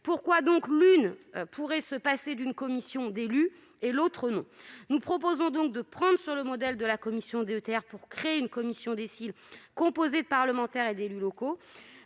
Pourquoi l'une pourrait-elle se dispenser d'une commission d'élus et l'autre non ? Nous proposons donc de nous inspirer du modèle de la commission DETR pour créer une commission DSIL composée de parlementaires et d'élus locaux,